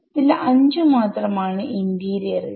ഇതിൽ 5 മാത്രം ആണ് ഇന്റീരിയർ ൽ